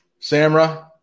Samra